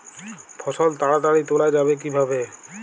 ফসল তাড়াতাড়ি তোলা যাবে কিভাবে?